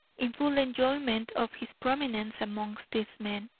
in full enjoyment of his prominence amongst these men,